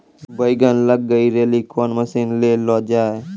बैंगन लग गई रैली कौन मसीन ले लो जाए?